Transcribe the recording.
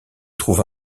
trouve